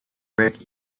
break